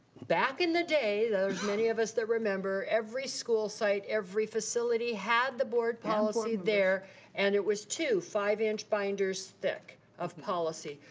back in the day, there's many of us that remember, every school site, every facility had the board policy there and it was two five inch binders thick of policy.